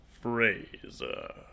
Fraser